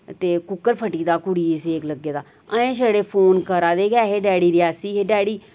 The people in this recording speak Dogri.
ते कुक्कर फटी गेदा कुड़ी गी सेक लग्गे दा अजें छड़े फोन करै दे गै हे डैडी रेआसी हे डैडी